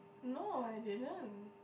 no they didn't